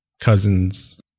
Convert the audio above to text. cousins